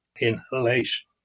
inhalation